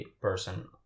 person